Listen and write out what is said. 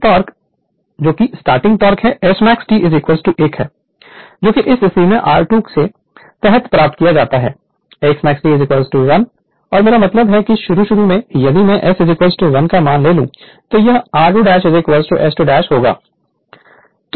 Refer Slide Time 2935 तो अधिकतम starting torque Smax T 1 को इस स्थिति में r2 के तहत प्राप्त किया जाता है Smax T 1 और मेरा मतलब है कि यदि शुरू में S 1 मान लें तो यह r2 S2 होगा